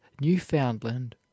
Newfoundland